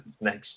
next